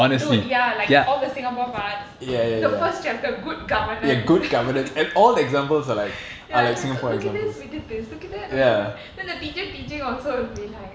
dude ya like all the singapore parts the first chapter good governance ya it's like look at this we did this look at that we did that then the teacher teaching also will be like